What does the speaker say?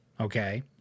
Okay